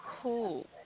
cool